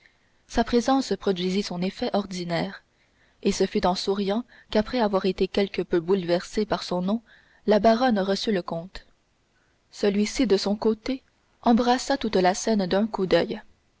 sa présence produisit son effet ordinaire et ce fut en souriant qu'après avoir été quelque peu bouleversée par son nom la baronne reçut le comte celui-ci de son côté embrassa toute la scène d'un coup d'oeil